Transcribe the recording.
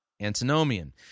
antinomian